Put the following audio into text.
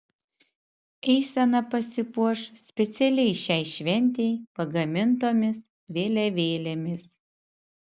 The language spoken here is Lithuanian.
eisena pasipuoš specialiai šiai šventei pagamintomis vėliavėlėmis